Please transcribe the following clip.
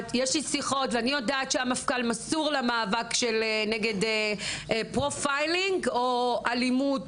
שאני יודעת שהוא מסור למאבק נגד פרופיילינג ואלימות